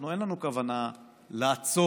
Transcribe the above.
אין לנו כוונה לעצור